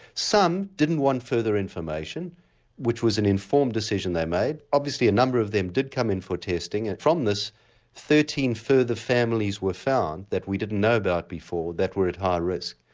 some didn't want further information which was an informed decision they made, obviously a number of them did come in for testing and from this thirteen further families were found that we didn't know about before that were at high risk.